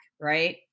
right